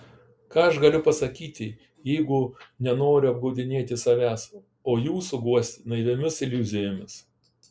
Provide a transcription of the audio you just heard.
ką aš galiu pasakyti jeigu nenoriu apgaudinėti savęs o jūsų guosti naiviomis iliuzijomis